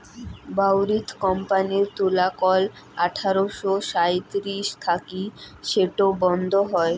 বাউরিথ কোম্পানির তুলাকল আঠারশো সাঁইত্রিশ থাকি সেটো বন্ধ হই